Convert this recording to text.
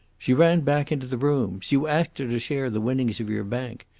she ran back into the rooms. you asked her to share the winnings of your bank.